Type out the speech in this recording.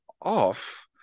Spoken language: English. off